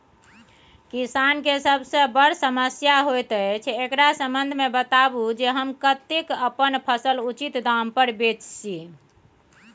किसान के सबसे बर समस्या होयत अछि, एकरा संबंध मे बताबू जे हम कत्ते अपन फसल उचित दाम पर बेच सी?